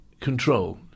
control